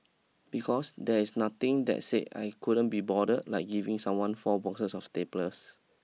because there is nothing that say I couldn't be bother like giving someone four boxes of staples